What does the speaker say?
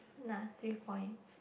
nah three point